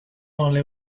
only